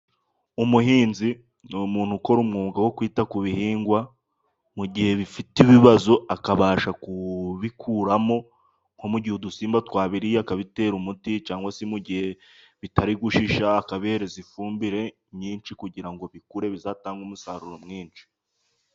Umuhinzi ni umuntu ukora umwuga wo kwita ku bihingwa, mu gihe bifite ibibazo akabasha kubikuramo, nko mu gihe udusimba twabiriye akabitera umuti, cyangwa se mu gihe bitari gushisha akabiha ifumbire nyinshi, kugira ngo bikure bizatange umusaruro mwinshi.